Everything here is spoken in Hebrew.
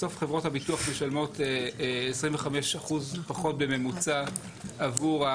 בסוף חברות הביטוח משלמות 25% פחות בממוצע עבור,